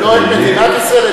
לא את מדינת ישראל,